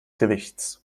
gewichts